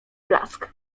blask